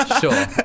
sure